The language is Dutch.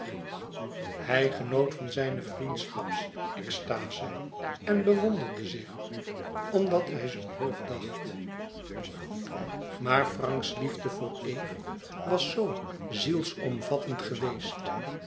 hij genoot van zijne vriendschapsextaze en bewonderde zich omdat hij zoo hoog dacht maar franks liefde voor eve was zoo zielsomvattend geweest